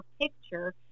picture